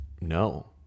no